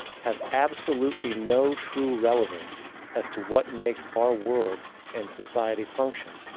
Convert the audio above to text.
have absolutely no true relevance as to what makes our world and society function.